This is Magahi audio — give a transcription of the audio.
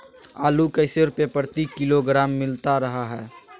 आलू कैसे रुपए प्रति किलोग्राम मिलता रहा है?